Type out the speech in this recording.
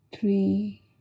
three